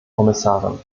kommissarin